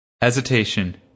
Hesitation